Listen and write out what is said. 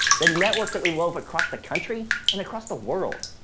the network that we wove across the country and across the world,